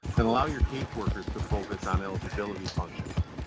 and allow your caseworkers to focus on eligibility functions.